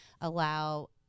allow